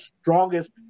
strongest